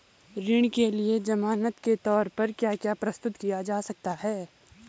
ऋण के लिए ज़मानात के तोर पर क्या क्या प्रस्तुत किया जा सकता है?